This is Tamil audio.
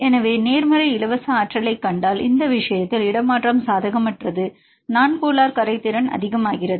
எனவே நேர்மறை இலவச ஆற்றலைக் கண்டால் இந்த விஷயத்தில் இடமாற்றம் சாதகமற்றது நான் போலார் கரைதிறன் அதிகமாகிறது